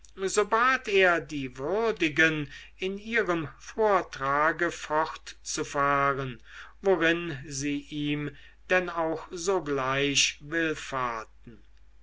so bat er die würdigen in ihrem vortrage fortzufahren worin sie ihm denn auch sogleich willfahrten